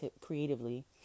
creatively